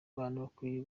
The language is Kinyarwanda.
bakwiye